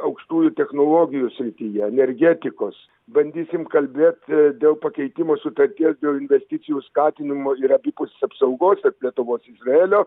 aukštųjų technologijų srityje energetikos bandysim kalbėt dėl pakeitimo sutartie dėl investicijų skatinimo ir abipusės apsaugos tarp lietuvos izraelio